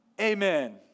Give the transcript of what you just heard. Amen